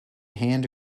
hand